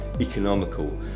economical